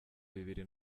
bibiri